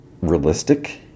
realistic